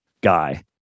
guy